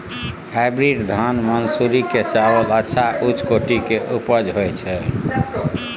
Hybrid धान मानसुरी के चावल अच्छा उच्च कोटि के उपजा होय छै?